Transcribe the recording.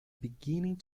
beginning